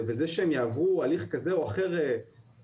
וזה שהם יעברו הליך כזה או אחר בחו"ל,